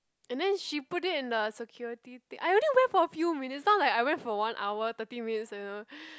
and then she put it in the security thing I only went for a few minutes not like I went for one hour thirty minutes you know